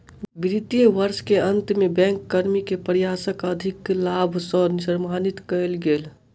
वित्तीय वर्ष के अंत में बैंक कर्मी के प्रयासक अधिलाभ सॅ सम्मानित कएल गेल